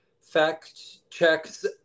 fact-checks